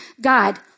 God